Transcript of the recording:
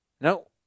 No